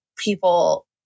people